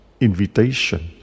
invitation